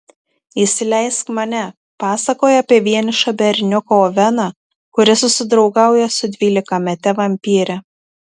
įsileisk mane pasakoja apie vienišą berniuką oveną kuris susidraugauja su dvylikamete vampyre